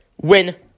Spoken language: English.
win